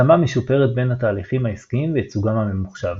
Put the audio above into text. התאמה משופרת בין התהליכים העסקיים וייצוגם הממוחשב